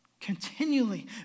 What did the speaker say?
continually